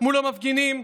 מול המפגינים,